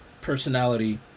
personality